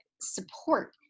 support